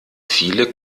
viele